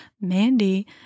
Mandy